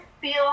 feel